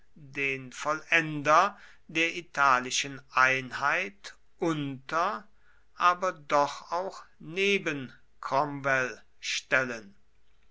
den vollender der italischen einheit unter aber doch auch neben cromwell stellen